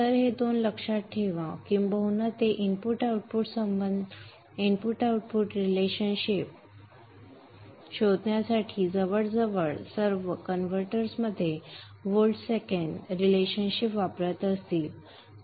तर हे दोन लक्षात ठेवा किंबहुना ते इनपुट आउटपुट संबंध शोधण्यासाठी जवळजवळ सर्व कन्व्हर्टरमध्ये व्होल्ट सेकंद शिल्लक वापरत असतील